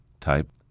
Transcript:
type